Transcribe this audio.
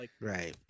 right